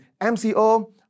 MCO